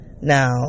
Now